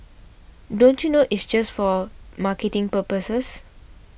don't you know it's just for marketing purposes